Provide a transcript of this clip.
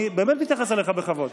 אני באמת מתייחס אליך בכבוד.